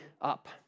up